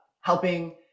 helping